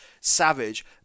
Savage